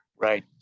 right